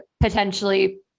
potentially